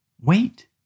wait